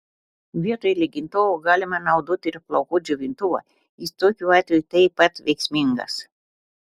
vietoj lygintuvo galima naudoti ir plaukų džiovintuvą jis tokiu atveju taip pat veiksmingas